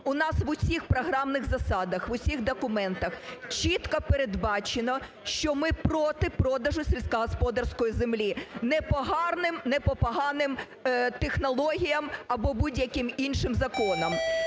У нас в усіх програмних засадах, в усіх документах чітко передбачено, що ми проти продажу сільськогосподарської землі не по гарним, не по поганим технологіям або будь-яким іншим законам.